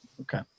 Okay